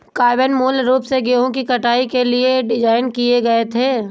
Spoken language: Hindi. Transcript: कंबाइन मूल रूप से गेहूं की कटाई के लिए डिज़ाइन किए गए थे